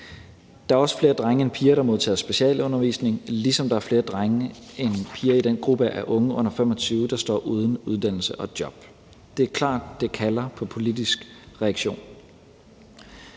Der er også flere drenge end piger, der modtager specialundervisning, ligesom der er flere drenge end piger i den gruppe af unge under 25 år, der står uden uddannelse og job. Det er klart, at det kalder på politisk reaktion.